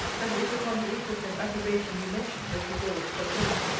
that it is upon the interest and approbation you mention, that you build such hope.